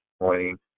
Morning